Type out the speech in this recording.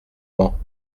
mans